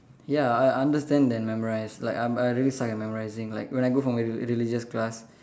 ya I understand then memorise like I'm I really suck at memorising like when I go for my re~ religious class